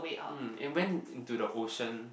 um it went into the ocean